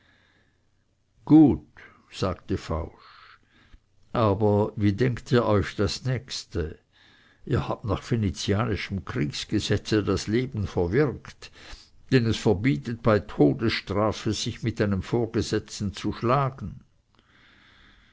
gut sagte fausch aber wie denkt ihr euch das nächste ihr habt nach venezianischem kriegsgesetze das leben verwirkt denn es verbietet bei todesstrafe sich mit einem vorgesetzten zu schlagen